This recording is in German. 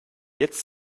jetzt